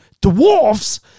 dwarfs